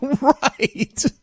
Right